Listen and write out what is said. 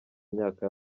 myaka